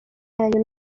yanyu